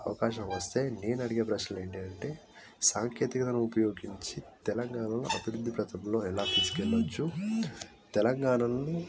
అవకాశం వస్తే నేను అడిగే ప్రశ్నలు ఏంటంటే సాంకేతికతను ఉపయోగించి తెలంగాణను అభివృద్ధి ప్రగతిలో ఎలా తీసుకు వెళ్ళచ్చు తెలంగాణలో